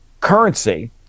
currency